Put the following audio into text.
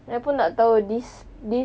I pun nak tahu this this